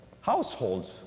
households